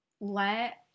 let